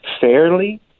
fairly